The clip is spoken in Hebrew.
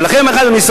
ולכן אני אומר לך,